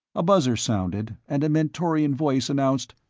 a buzzer sounded and a mentorian voice announced,